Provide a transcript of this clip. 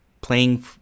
playing